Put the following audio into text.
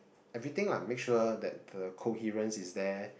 everything lah make sure that the coherence is there